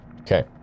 Okay